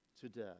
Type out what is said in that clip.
today